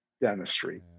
dentistry